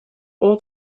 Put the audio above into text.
ought